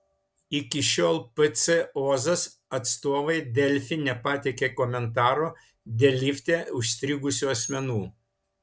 iki šiol pc ozas atstovai delfi nepateikė komentaro dėl lifte užstrigusių asmenų